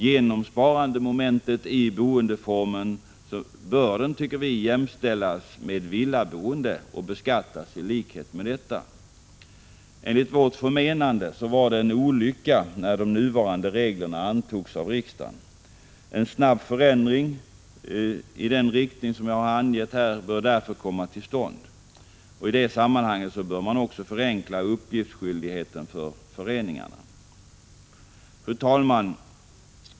Genom sparandemomentet i boendeformen bör den jämställas med villaboende och beskattas i likhet med detta. Enligt vårt förmenande var det en olycka när de nuvarande reglerna antogs av riksdagen. En snabb förändring i den riktning jag angett bör därför komma till stånd. I detta sammanhang bör man också förenkla uppgiftsskyldigheten för föreningarna. Fru talman!